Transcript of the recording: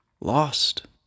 lost